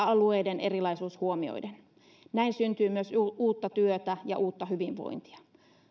alueiden erilaisuus huomioiden näin syntyy myös uutta työtä ja uutta hyvinvointia